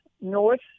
North